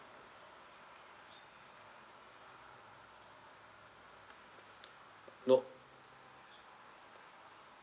no